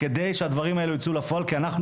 כדי שהדברים האלה ייצאו לפועל כי אנחנו